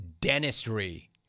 Dentistry